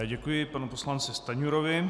Děkuji panu poslanci Stanjurovi.